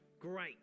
Great